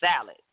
salad